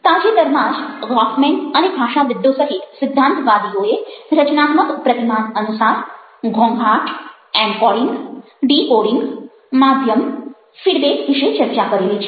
તાજેતરમાં જ Goffman Goffman અને ભાષાવિદ્દો સહિત સિદ્ધાંતવાદીઓએ રચનાત્મક પ્રતિમાન અનુસાર ઘોંઘાટ એનકોડિંગ ડિકોડિંગ માધ્યમ ફીડબેક વિશે ચર્ચા કરેલી છે